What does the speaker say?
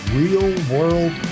real-world